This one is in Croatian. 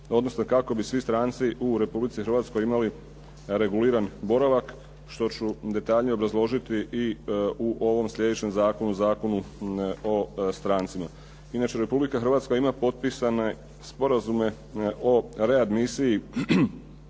odnosno kako bi svi stranci u Republici Hrvatskoj imali reguliran boravak što ću detaljnije obrazložiti i u ovom sljedećem zakonu, Zakonu o strancima. Inače Republika Hrvatska ima potpisane sporazume o readmisiji